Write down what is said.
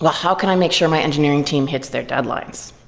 but how can i make sure my engineering team hits their deadlines?